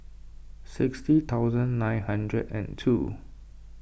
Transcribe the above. sixty thousand nine hundred and two